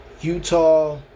Utah